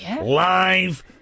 live